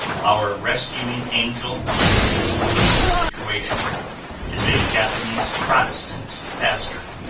our rescuing angel in this difficult situation is a japanese protestant pastor.